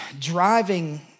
driving